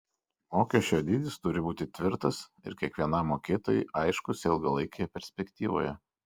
mokesčio dydis turi būti tvirtas ir kiekvienam mokėtojui aiškus ilgalaikėje perspektyvoje